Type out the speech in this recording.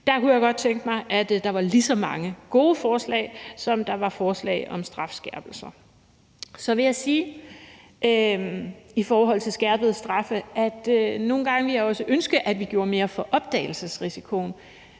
Der kunne jeg godt tænke mig at der var lige så mange gode forslag, som der var forslag om strafskærpelser. Så vil jeg sige i forhold til skærpede straffe, at jeg også nogle gange ville ønske, at vi gjorde mere for opdagelsesrisikoen.